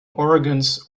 organs